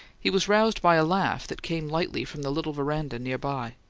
he was roused by a laugh that came lightly from the little veranda near by.